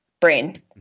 brain